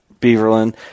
Beaverland